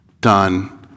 done